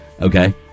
Okay